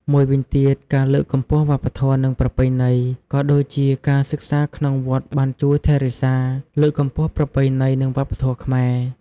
មួយវិញទៀត ការលើកកម្ពស់វប្បធម៌ និងប្រពៃណី ក៏ដូចជាការសិក្សាក្នុងវត្តបានជួយថែរក្សា លើកកម្ពស់ប្រពៃណី និងវប្បធម៌ខ្មែរ។